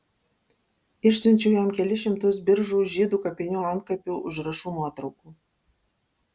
išsiunčiau jam kelis šimtus biržų žydų kapinių antkapių užrašų nuotraukų